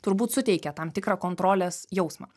turbūt suteikia tam tikrą kontrolės jausmą